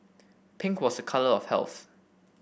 pink was a colour of health